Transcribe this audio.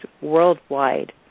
worldwide